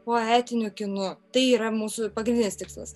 poetiniu kinu tai yra mūsų pagrindinis tikslas